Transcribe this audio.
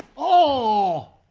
oh